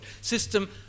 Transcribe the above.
system